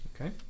Okay